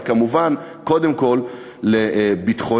אבל כמובן קודם כול לביטחוננו,